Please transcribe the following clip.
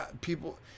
people